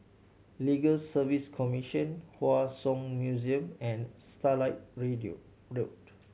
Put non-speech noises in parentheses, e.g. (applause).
Legal Service Commission Hua Song Museum and Starlight (unintelligible) Road